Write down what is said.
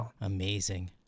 Amazing